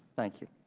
thank you.